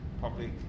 public